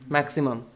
Maximum